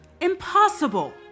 impossible